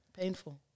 Painful